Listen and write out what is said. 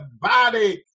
body